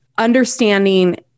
understanding